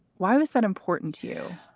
why was that important to you?